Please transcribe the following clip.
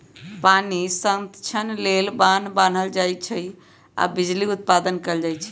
पानी संतक्षण लेल बान्ह बान्हल जाइ छइ आऽ बिजली उत्पादन कएल जाइ छइ